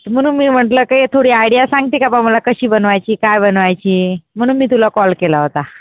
म्हणून मी म्हटलं काही थोडी आयडिया सांगते का बुवा मला कशी बनवायची काय बनवायची म्हणून मी तुला कॉल केला होता